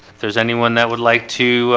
there's anyone that would like to